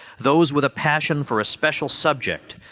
those with a passion for a special subject,